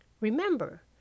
remember